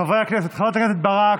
חברת הכנסת ברק,